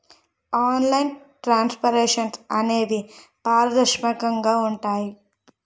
online transfers అనేవి పారదర్శకంగా ఉంటాయి